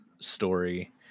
story